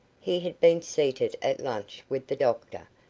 he had been seated at lunch with the doctor,